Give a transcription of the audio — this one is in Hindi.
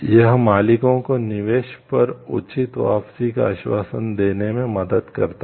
यह मालिकों को निवेश पर उचित वापसी का आश्वासन देने में मदद करता है